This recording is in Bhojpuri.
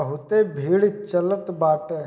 बहुते भीड़ चलत बाटे